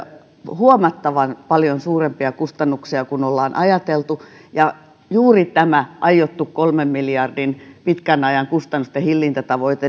huomattavan paljon suurempia kustannuksia kuin ollaan ajateltu ja mitä tulee juuri tähän aiottuun kolmen miljardin pitkän ajan kustannusten hillintätavoitteeseen